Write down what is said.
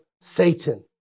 Satan